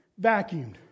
vacuumed